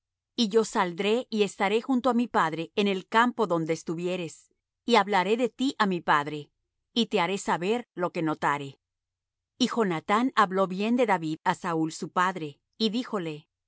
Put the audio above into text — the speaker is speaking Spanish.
y yo saldré y estaré junto á mi padre en el campo donde estuvieres y hablaré de ti á mi padre y te haré saber lo que notare y jonathán habló bien de david á saúl su padre y díjole no